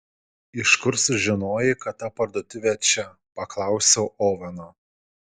iš kur sužinojai kad ta parduotuvė čia paklausiau oveno